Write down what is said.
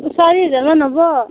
চাৰি হাজাৰমান হ'ব